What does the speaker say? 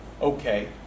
Okay